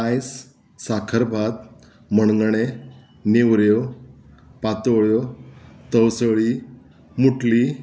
पायस साखरभात मणगणें नेवऱ्यो पातोळ्यो तवसळी मुटली